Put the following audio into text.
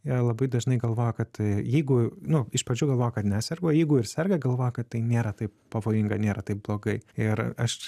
jie labai dažnai galvoja kad jeigu nu iš pradžių galvoja kad neserga o jeigu ir serga galvoja kad tai nėra taip pavojinga nėra taip blogai ir aš